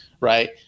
right